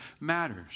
matters